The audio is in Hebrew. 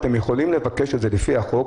אתם יכולים לבקש את זה לפי החוק,